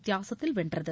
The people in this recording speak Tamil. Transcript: வித்தியாசத்தில் வென்றது